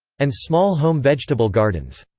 and small home vegetable gardens.